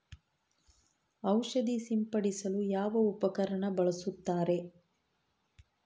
ಔಷಧಿ ಸಿಂಪಡಿಸಲು ಯಾವ ಉಪಕರಣ ಬಳಸುತ್ತಾರೆ?